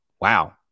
wow